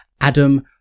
Adam